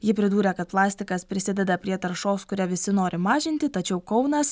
ji pridūrė kad plastikas prisideda prie taršos kurią visi nori mažinti tačiau kaunas